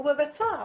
זה הפתרון.